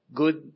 good